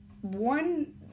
one